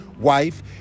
wife